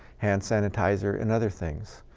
hand sanitizer, and other things.